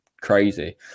crazy